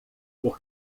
por